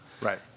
Right